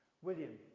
William